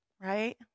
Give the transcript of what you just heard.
right